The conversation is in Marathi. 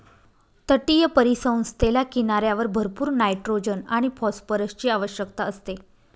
तटीय परिसंस्थेला किनाऱ्यावर भरपूर नायट्रोजन आणि फॉस्फरसची आवश्यकता असते